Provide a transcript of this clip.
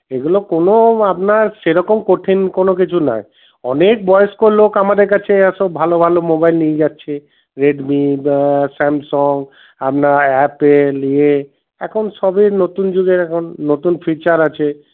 এগুলো কোনো আপনার সেরকম কঠিন কোনো কিছু নাই অনেক বয়স্ক লোক আমাদের কাছে এরা সব ভালো ভালো মোবাইল নিয়ে যাচ্ছে রেডমি বা স্যামসং আপনার অ্যাপল ইয়ে এখন সবই নতুন যুগের এখন নতুন ফিচার আছে